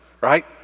Right